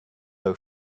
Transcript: are